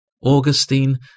Augustine